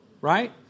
right